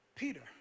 Peter